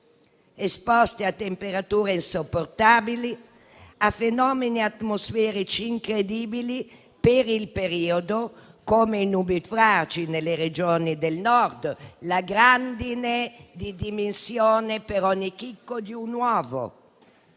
esposti a temperature insopportabili, a fenomeni atmosferici incredibili per il periodo, come i nubifragi nelle Regioni del Nord, con la grandine delle dimensioni di un uovo